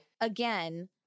Again